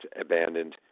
abandoned